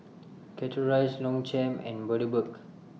Chateraise Longchamp and Bundaberg